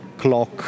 clock